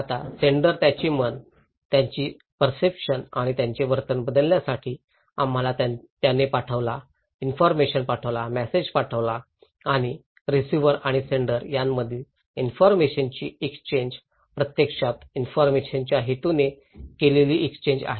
आता सेंडर त्यांचे मन त्यांची परसेप्शन आणि त्यांचे वर्तन बदलण्यासाठी आम्हाला त्यांचे पाठवा इन्फॉरमेशन पाठवा मॅसेज पाठवा आणि रिसिव्हर आणि सेंडर यांच्यामधील इन्फॉरमेशनची एक्सचेन्ज प्रत्यक्षात इन्फॉरमेशनच्या हेतूने केलेली एक्सचेन्ज आहे